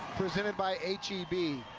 presented by h e b.